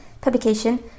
publication